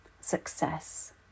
success